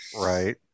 Right